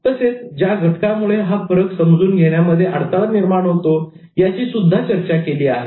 तसेच ज्या घटकांमुळे हा फरक समजून घेण्यामध्ये अडथळा निर्माण होतो याचीसुद्धा चर्चा केली आहे